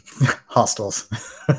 hostels